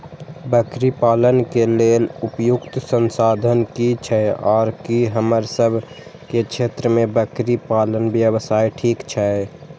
बकरी पालन के लेल उपयुक्त संसाधन की छै आर की हमर सब के क्षेत्र में बकरी पालन व्यवसाय ठीक छै?